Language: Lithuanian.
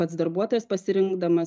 pats darbuotojas pasirinkdamas